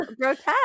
grotesque